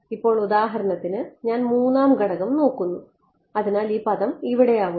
ഇപ്പോൾ ഉദാഹരണത്തിന് ഞാൻ മൂന്നാം ഘടകം നോക്കുന്നു അതിനാൽ ഈ പദം ഇവിടെ ആകുന്നു